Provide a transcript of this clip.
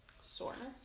Soreness